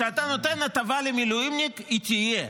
כשאתה נותן הטבה למילואימניק, היא תהיה.